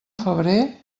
febrer